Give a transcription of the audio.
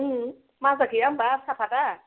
ओं माजा गैया होनबा साहाफाथा